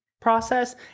process